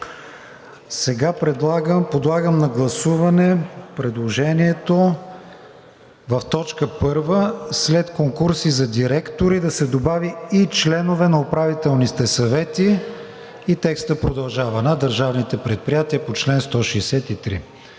Подлагам на гласуване предложението в т. 1 след „конкурси за директори“ да се добави „и членове на управителните съвети“ и текстът продължава „на държавните предприятия по чл. 163“.